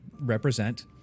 Represent